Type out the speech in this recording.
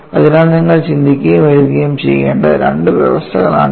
അതിനാൽ നിങ്ങൾ ചിന്തിക്കുകയും എഴുതുകയും ചെയ്യേണ്ട രണ്ട് വ്യവസ്ഥകളാണ് ഇവ